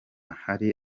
hari